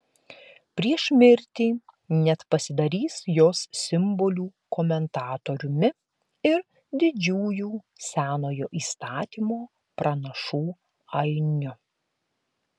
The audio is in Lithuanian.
prieš mirtį net pasidarys jos simbolių komentatoriumi ir didžiųjų senojo įstatymo pranašų ainiu